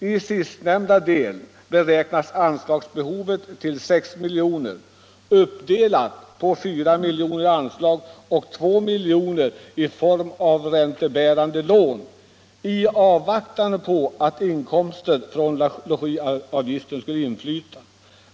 I sistnämnda del beräknas anslagsbehovet till 6 milj.kr., uppdelat på 4 milj.kr. i anslag och 2 milj.kr. i form av räntebärande lån i avvaktan på att inkomster från logiavgiften skall inflyta.